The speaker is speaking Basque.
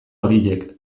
horiek